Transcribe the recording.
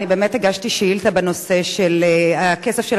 אני באמת הגשתי שאילתא בנושא: הכסף של